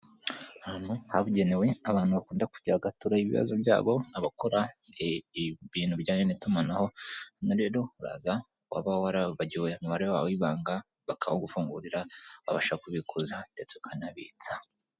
Ahantu habugenewe abantu bakunda kujya bagaturayo ibibazo byabo, abakora ibintu bijyanye n'itumanaho hano rero uraza waba waribagiwe umubare wawe w'ibanga bakawugufungurira ukabasha kubikuza ndetse ukanabitsa.